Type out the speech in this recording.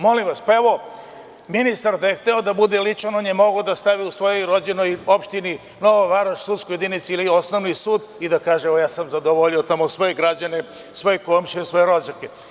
Molim vas, pa ministar da je hteo da bude ličan, on je mogao da stavi u svojoj rođenoj opštini Nova Varoš sudsku jedinicu ili osnovni sud i da kaže – evo, ja sam zadovoljio tamo svoje građane, svoje komšije, svoje rođake.